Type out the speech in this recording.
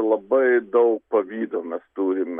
labai daug pavydo mes turim